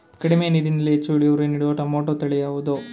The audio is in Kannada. ಕಡಿಮೆ ನೀರಿನಲ್ಲಿ ಹೆಚ್ಚು ಇಳುವರಿ ನೀಡುವ ಟೊಮ್ಯಾಟೋ ತಳಿ ಯಾವುದು?